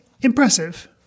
impressive